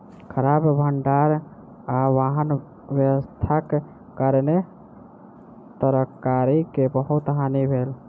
खराब भण्डार आ वाहन व्यवस्थाक कारणेँ तरकारी के बहुत हानि भेल